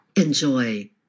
Enjoy